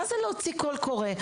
מה זה להוציא קול קורא?